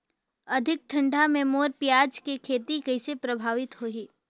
अधिक ठंडा मे मोर पियाज के खेती कइसे प्रभावित होही?